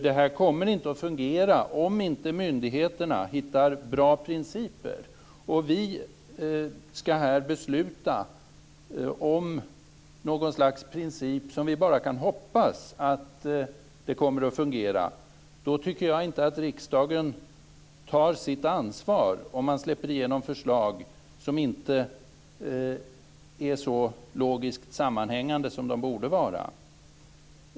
Det här kommer inte att fungera om myndigheterna inte hittar bra principer. Vi skall här besluta om något slags princip, som vi bara kan hoppas kommer att fungera. Jag tycker inte att riksdagen tar sitt ansvar om man släpper igenom förslag som inte är så logiskt sammanhängande som de borde vara.